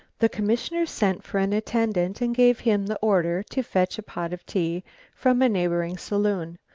the commissioner sent for an attendant and gave him the order to fetch a pot of tea from a neighbouring saloon.